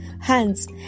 hands